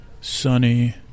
Sunny